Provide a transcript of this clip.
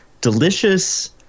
delicious